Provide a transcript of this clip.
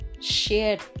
shared